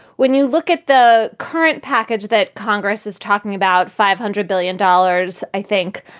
when you look at the current package that congress is talking about, five hundred billion dollars, i think,